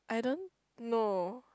I don't know